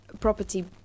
property